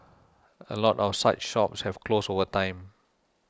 a lot of such shops have closed over time